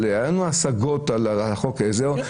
היו לנו השגות על חוק העזר,